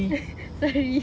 uh sorry